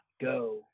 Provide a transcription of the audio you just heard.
go –